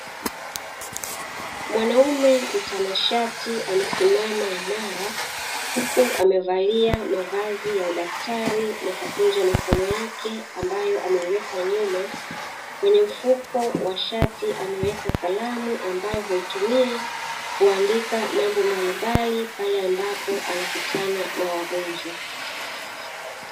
Mwanaume mtanashati amesimama, imara huku amevalia mavazi ya udaktari na kukunja mikono yake ambae ameiweka nyuma kwenye mfuko wa shati ameweka kalamu, ambayo huitumia kuandika mambo mbalimbali pale ambapo ana kutana na wagonjwa.